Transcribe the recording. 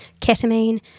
ketamine